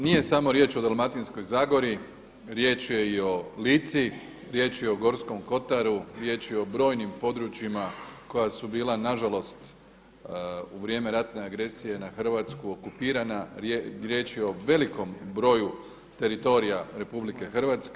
Nije samo riječ o Dalmatinskoj zagori, riječ je i o Lici, riječ je o Gorskom Kotaru, riječ je o brojnim područjima koja su bila nažalost u vrijeme ratne agresije na Hrvatsku okupirana, riječ je o velikom broju teritorija RH.